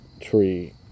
tree